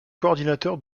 coordinateur